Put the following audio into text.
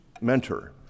mentor